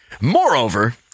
moreover